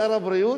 שר הבריאות.